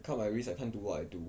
cut my risk I can't do what I do